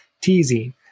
teasing